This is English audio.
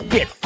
Get